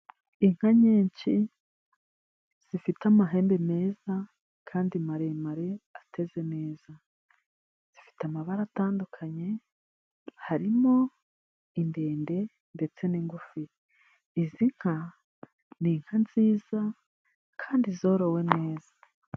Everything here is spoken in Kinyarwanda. Inka nyinshi zifite amahembe meza kandi maremare ateze neza, zifite amabara atandukanye, harimo indende ndetse n'ingufi. Izi nka ni inka nziza kandi zorowe neza.